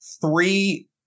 three